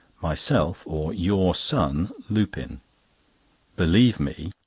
myself, or your son lupin believe me,